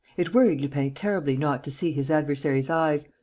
it worried lupin terribly not to see his adversary's eyes,